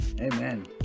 Amen